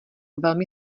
velmi